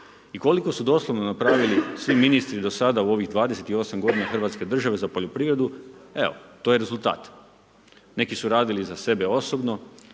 I koliko su doslovno napravili svi ministri do sada u ovih 28 godina hrvatske države za poljoprivredu, evo, to je rezultat. Neki su radili za sebe osobno,